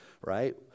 right